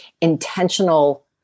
intentional